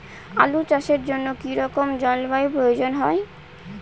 আলু চাষের জন্য কি রকম জলবায়ুর প্রয়োজন?